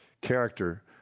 character